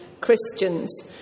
Christians